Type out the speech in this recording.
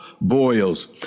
boils